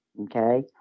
okay